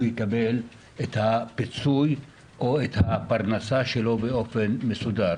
יקבל פיצוי או את הפרנסה שלו באופן מסודר.